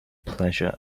pleasure